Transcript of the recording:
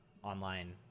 online